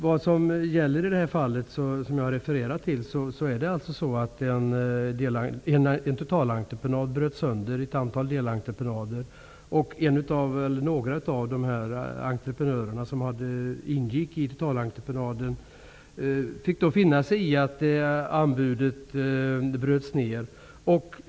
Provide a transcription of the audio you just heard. Vad som gäller i det fall som jag har refererat till är alltså att en totalentreprenad bröts sönder i ett antal delentreprenader, och några av de entreprenörer som ingick i totalentreprenaden fick då finna sig i att anbudet bröts ned.